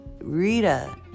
Rita